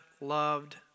loved